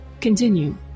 Continue